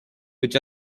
which